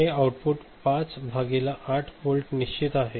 हे output 5 by 8 volt निश्चित आहे